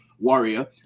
Warrior